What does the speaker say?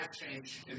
change